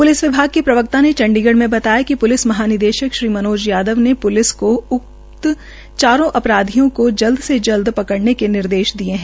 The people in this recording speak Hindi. प्लिस विभाग के प्रवक्ता ने चंडीगढ़ में बताया कि प्लिस महानिदेशक श्री मनोज यादव ने प्लिस को उक्त चारों अपराधियों को जल्द से जल्द पकडऩे के निर्देश दिए हैं